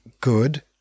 good